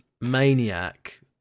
maniac